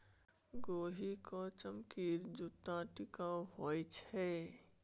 गोहि क चमड़ीक जूत्ता टिकाउ होए छै